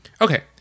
Okay